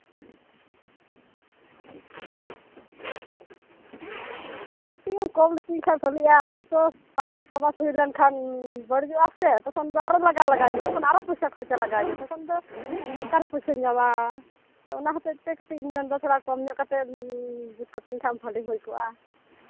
ᱟᱫᱚ ᱠᱟᱹᱴᱤᱡ ᱮᱢ ᱠᱚᱢ ᱞᱤᱛᱤᱧ ᱠᱷᱟᱱ ᱵᱷᱟᱹᱞᱤᱜᱼᱟ ᱟᱨᱚ ᱛᱚ ᱟᱨ ᱪᱷᱚ ᱢᱟᱥ ᱦᱩᱭ ᱞᱮᱱᱠᱷᱟᱱ ᱵᱟᱹᱲᱤᱡᱚᱜᱼᱟ ᱥᱮ ᱛᱚᱠᱷᱚᱱ ᱫᱚ ᱟᱨᱚ ᱞᱟᱜᱟᱣ ᱞᱟᱜᱟᱣᱤᱧᱟᱹ ᱛᱚᱠᱷᱚᱱ ᱫᱚ ᱟᱨᱚ ᱯᱚᱭᱥᱟ ᱠᱷᱚᱨᱪᱟ ᱞᱟᱜᱟᱣᱤᱧᱟᱹ ᱛᱚᱠᱷᱚᱱ ᱫᱚ ᱚᱠᱟᱨᱮ ᱯᱚᱭᱥᱟᱧ ᱧᱟᱢᱟ ᱟᱫᱚ ᱚᱱᱟ ᱦᱚᱛᱮᱡ ᱛᱮ ᱠᱟᱹᱴᱤᱡ ᱤᱧ ᱢᱮᱱᱫᱟ ᱛᱷᱚᱲᱟ ᱠᱚᱢ ᱧᱚᱜ ᱠᱟᱛᱮ ᱡᱩᱛ ᱠᱟᱹᱛᱤᱧ ᱠᱷᱟᱱ ᱵᱷᱟᱹᱞᱤ ᱦᱩᱭ ᱠᱚᱜᱼᱟ